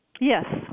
Yes